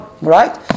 right